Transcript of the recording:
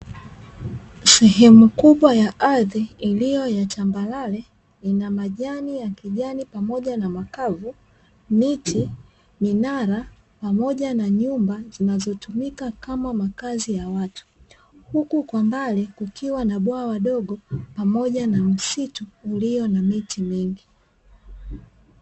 Sehemu kubwa ya ardhi iliyo ya tambarare ina majani ya kijani pamoja na makavu miti, minara, pamoja na nyumba zinazo tumika kama makazi ya watu, huku kwa mbali kukiwa na bwawa dogo pamoja na msitu ulio na miti mingi.